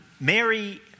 Mary